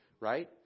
right